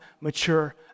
mature